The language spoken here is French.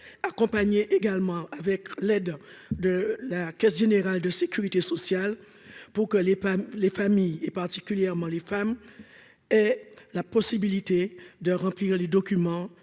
accompagnés également avec l'aide de la Caisse Générale de Sécurité sociale, pour que les les familles et particulièrement les femmes et la possibilité de remplir les documents